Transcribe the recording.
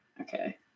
okay